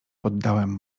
poddałem